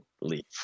leave